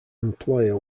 employer